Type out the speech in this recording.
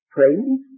Friends